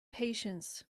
patience